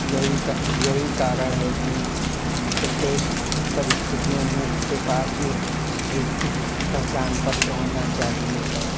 यही का यही कारण है कि प्रत्येक परिस्थितियों में के पास एक शिष्ट पहचान पत्र होना चाहिए